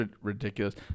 ridiculous